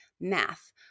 math